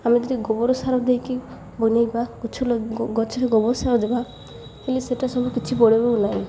ଆମେ ଯଦି ଗୋବର ସାର ଦେଇକି ବନାଇବା ଗଛ ଗଛ ଗୋବର ସାର ଦେବା ହେଲେ ସେଇଟା ସବୁ କିଛି ବଢ଼ିବ ନାହିଁ